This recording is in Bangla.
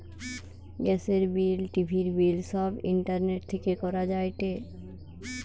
গ্যাসের বিল, টিভির বিল সব ইন্টারনেট থেকে করা যায়টে